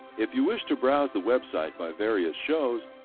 if you wish to browse the website by various show,